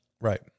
Right